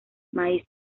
maíz